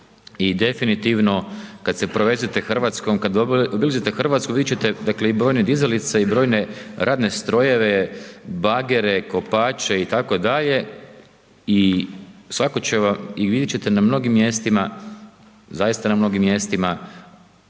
i definitivno kad se provezete RH, kad uđete u RH, vidjet ćete, dakle, i brojne dizalice i brojne radne strojeve, bagere kopače itd. i svatko će vam, i vidjet ćete na mnogim mjestima, zaista na mnogim mjestima,